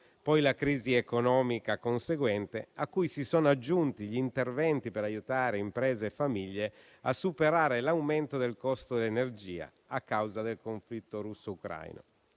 poi, la crisi economica conseguente, a cui si sono aggiunti gli interventi per aiutare imprese e famiglie a superare l'aumento del costo dell'energia a causa del conflitto russo-ucraino.